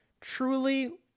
truly